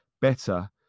better